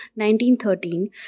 1913